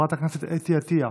חברת הכנסת אתי עטייה,